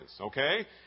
Okay